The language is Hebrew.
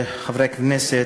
חברי הכנסת,